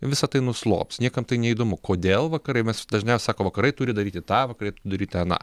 visa tai nuslops niekam tai neįdomu kodėl vakarai mes dažniausiai sakom vakarai turi daryti tą vakarai daryti aną